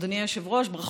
אדוני היושב-ראש, ברכות.